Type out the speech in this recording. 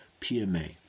PMA